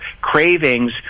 cravings